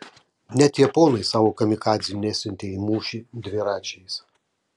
net japonai savo kamikadzių nesiuntė į mūšį dviračiais